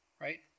right